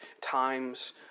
times